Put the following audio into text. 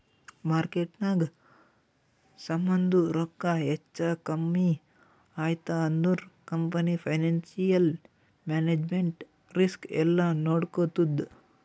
ಮಾರ್ಕೆಟ್ನಾಗ್ ಸಮಾಂದು ರೊಕ್ಕಾ ಹೆಚ್ಚಾ ಕಮ್ಮಿ ಐಯ್ತ ಅಂದುರ್ ಕಂಪನಿ ಫೈನಾನ್ಸಿಯಲ್ ಮ್ಯಾನೇಜ್ಮೆಂಟ್ ರಿಸ್ಕ್ ಎಲ್ಲಾ ನೋಡ್ಕೋತ್ತುದ್